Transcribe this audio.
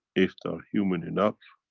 if they're human enough,